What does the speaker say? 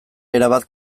erabat